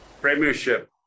premiership